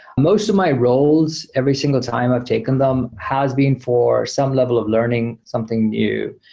most of my roles every single time i've taken them has been for some level of learning, something new.